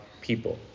people